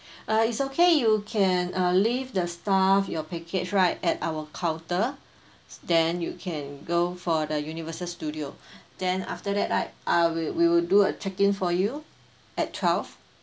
uh it's okay you can uh leave the stuff your baggage right at our counter then you can go for the universal studio then after that right I wil~ we will do a check in for you at twelve